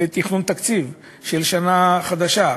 לתכנון תקציב של שנה חדשה.